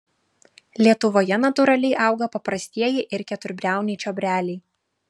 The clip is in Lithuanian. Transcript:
lietuvoje natūraliai auga paprastieji ir keturbriauniai čiobreliai